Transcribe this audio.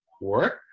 work